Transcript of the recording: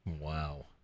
Wow